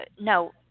no